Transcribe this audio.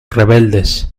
rebeldes